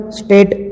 state